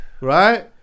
Right